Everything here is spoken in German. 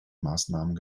maßnahmen